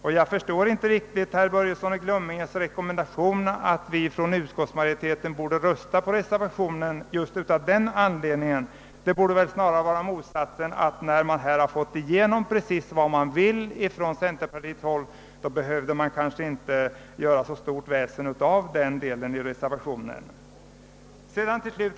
Och jag förstår inte herr Börjessons i Glömminge rekommendation att vi inom utskottsmajoriteten just av den anledningen, att centerpartisterna här har fått igenom precis vad de vill, skulle rösta för reservationen. Snarare är väl motsatsen fallet, och jag tycker därför inte att man behöver göra så stort väsen av reservationen i denna del.